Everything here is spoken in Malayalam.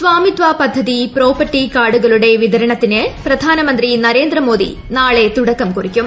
സ്വാമിത്വ പദ്ധതി പ്രോപ്പർട്ടി കാർഡുകളുടെ വിതരണത്തിന് പ്രധാനമന്ത്രി നരേന്ദ്രമോദി നാളെ തുടക്കം കുറിക്കും